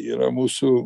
yra mūsų